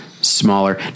smaller